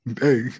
Hey